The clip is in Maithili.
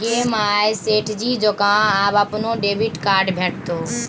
गे माय सेठ जी जकां आब अपनो डेबिट कार्ड भेटितौ